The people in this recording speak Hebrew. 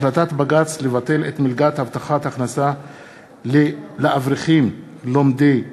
החלטת בג"ץ לבטל את מלגת הבטחת הכנסה לאברכים לומדי תורה,